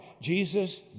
Jesus